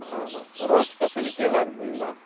ஆமாம் ரோட் ஃபெசிலிட்டியெல்லாம் இருக்குதுங்களா